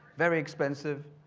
very expensive